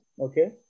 Okay